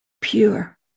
pure